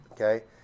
Okay